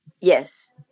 yes